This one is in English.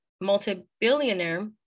multi-billionaire